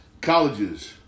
colleges